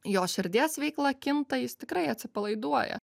jo širdies veikla kinta jis tikrai atsipalaiduoja